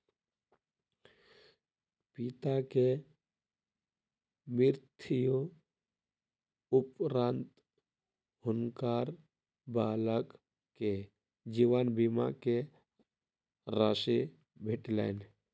पिता के मृत्यु उपरान्त हुनकर बालक के जीवन बीमा के राशि भेटलैन